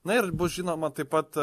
na ir bus žinoma taip pat